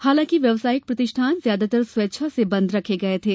हालांकि व्यावसायिक प्रतिष्ठान ज्यादातर स्वेच्छा से बंद रखे गए थे